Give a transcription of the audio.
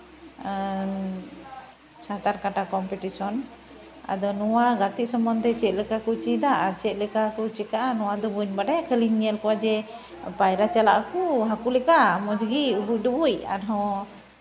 ᱟᱨ ᱥᱟᱛᱟᱨ ᱠᱟᱴᱟ ᱠᱚᱢᱯᱤᱴᱤᱥᱮᱱ ᱟᱫᱚ ᱱᱚᱣᱟ ᱜᱟᱛᱮᱜ ᱥᱚᱢᱚᱱᱫᱷᱮ ᱪᱮᱫ ᱞᱮᱠᱟ ᱠᱚ ᱪᱮᱫᱼᱟ ᱟᱨ ᱪᱮᱫ ᱞᱮᱠᱟ ᱠᱚ ᱪᱤᱠᱟᱹᱜᱼᱟ ᱱᱚᱣᱟᱫᱚ ᱵᱟᱹᱧ ᱵᱟᱲᱟᱭᱟ ᱠᱷᱟᱹᱞᱤᱧ ᱧᱮᱞ ᱠᱚᱣᱟ ᱡᱮ ᱯᱟᱭᱨᱟ ᱪᱟᱞᱟᱜ ᱟᱠᱚ ᱦᱟᱹᱠᱩ ᱞᱮᱠᱟ ᱢᱚᱡᱽ ᱜᱮ ᱩᱠᱩᱡ ᱰᱩᱵᱩᱡ ᱟᱨᱦᱚᱸ